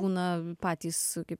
būna patys kaip